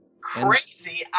Crazy